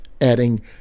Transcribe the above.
adding